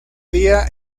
día